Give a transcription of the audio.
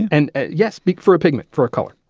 and and yes, but for a pigment, for a color.